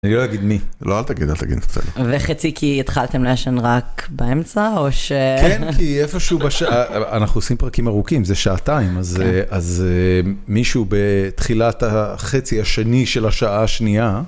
אני לא אגיד מי. לא, אל תגיד, אל תגיד, בסדר. וחצי כי התחלתם לעשן רק באמצע, או ש... כן, כי איפשהו בשעה, אנחנו עושים פרקים ארוכים, זה שעתיים, אז מישהו בתחילת החצי השני של השעה השנייה...